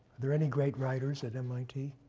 there any great writers at mit?